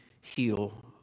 heal